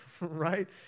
right